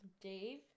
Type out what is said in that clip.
Dave